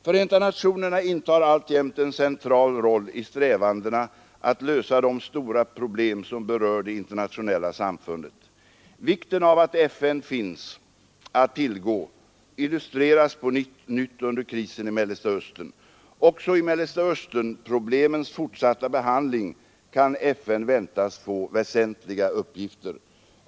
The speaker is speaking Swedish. Förenta nationerna intar alltjämt en central roll i strävandena att lösa de stora problem, som berör det internationella samfundet. Vikten av att FN finns att tillgå illustrerades på nytt under krisen i Mellersta Östern. Också vid Mellersta Östern-problemens fortsatta behandling kan FN väntas få väsentliga uppgifter.